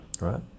right